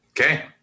Okay